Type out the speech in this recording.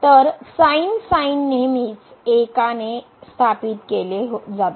तर नेहमीच एकाने स्थापित केले जाते